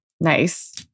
Nice